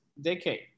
decade